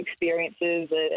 experiences